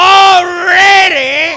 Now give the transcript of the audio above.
already